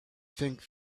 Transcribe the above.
think